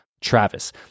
Travis